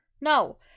No